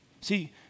See